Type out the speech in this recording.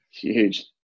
Huge